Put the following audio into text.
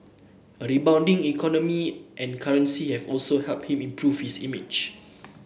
a rebounding economy and currency have also helped him improve his image